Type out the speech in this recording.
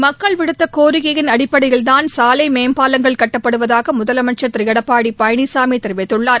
மக்கள் விடுத்த கோரிக்கையின் அடிப்படையில்தான் சாலை மேம்பாலங்கள் கட்டப்படுவதாக முதலமைச்சர் திரு எடப்பாடி பழனிசாமி தெரிவித்துள்ளார்